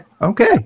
okay